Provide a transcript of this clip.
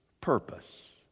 purpose